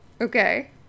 okay